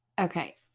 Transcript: Okay